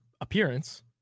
appearance